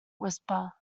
whisper